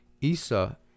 Isa